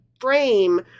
frame